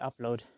upload